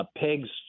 pigs